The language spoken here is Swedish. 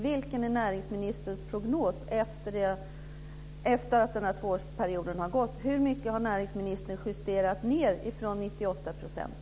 Vilken är näringsministerns prognos efter det att den här tvåårsperioden har gått? Hur mycket har näringsministern justerat ned från 98 %?